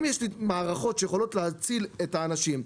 אם יש לי מערכות שיכולות להציל את האנשים,